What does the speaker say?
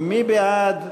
מי בעד?